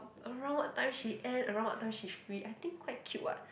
around what time she end around what time she free I think quite cute [what]